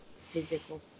physical